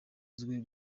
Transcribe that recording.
uzwiho